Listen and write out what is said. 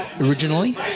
originally